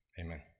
amen